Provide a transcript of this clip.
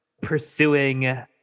pursuing